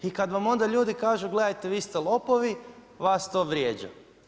I kada vam onda ljudi kažu gledajte vi ste lopovi vas to vrijeđa.